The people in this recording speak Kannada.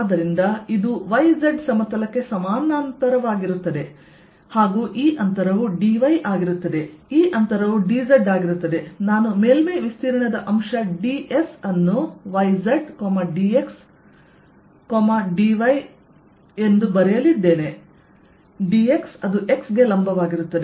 ಆದ್ದರಿಂದ ಇದು yz ಸಮತಲಕ್ಕೆ ಸಮಾನಾಂತರವಾಗಿರುತ್ತದೆ ಮತ್ತು ಈ ಅಂತರವು dy ಆಗಿರುತ್ತದೆ ಈ ಅಂತರವು dz ಆಗಿರುತ್ತದೆ ನಾನು ಮೇಲ್ಮೈ ವಿಸ್ತೀರ್ಣದ ಅಂಶ dS ಅನ್ನು yz dx dy ಎಂದು ಬರೆಯಲಿದ್ದೇನೆ dx ಅದು x ಗೆ ಲಂಬವಾಗಿರುತ್ತದೆ